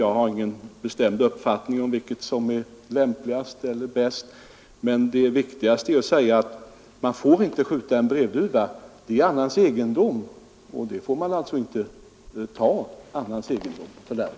Jag har ingen bestämd uppfattning om vad som därvidlag är lämpligast, men det väsentliga är att brevduvor inte får skjutas; de är annans egendom, och annans egendom får man inte ta eller fördärva.